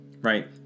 Right